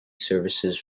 services